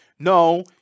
No